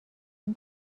این